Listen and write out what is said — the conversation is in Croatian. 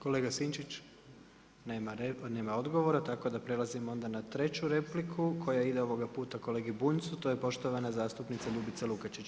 Kolega Sinčić nema odgovora, tako da prelazimo onda na treću repliku koja ide ovoga puta kolegi Bunjcu to je poštovana zastupnica Ljubica Lukačić.